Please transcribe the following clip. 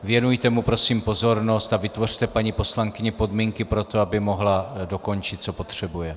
Věnujte mu prosím pozornost a vytvořte paní poslankyni podmínky pro to, aby mohla dokončit, co potřebuje.